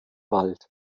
wald